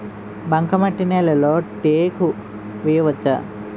బంకమట్టి నేలలో టేకు వేయవచ్చా?